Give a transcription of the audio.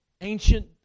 ancient